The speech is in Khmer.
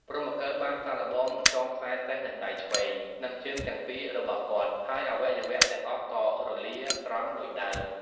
ព្រហ្មកិលបានសាកល្បងចងខ្សែសេះនឹងដៃឆ្វេង និងជើងទាំងពីររបស់គាត់ ហើយអវយវៈទាំងអស់ក៏រលាត្រង់ដូចដើម ។